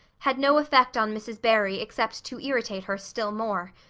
had no effect on mrs. barry except to irritate her still more.